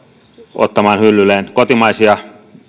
ottamaan hyllyilleen kotimaisia